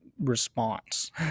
response